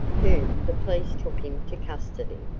whom the police took into custody.